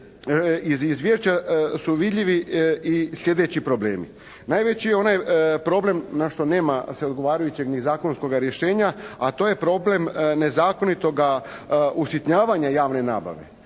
iz Izvješća su vidljivi i sljedeći problemi. Najveći je onaj problem na što nema se odgovarajućeg ni zakonskoga rješenja, a to je problem nezakonitoga usitnjavanja javne nabave.